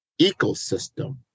ecosystem